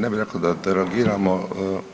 Ne bi rekao da derogiramo,